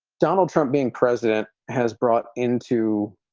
donald trump being president has brought into